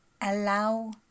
allow